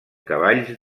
cavalls